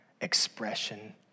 expression